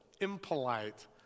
impolite